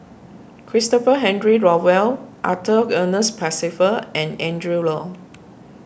Christopher Henry Rothwell Arthur Ernest Percival and Adrin Loi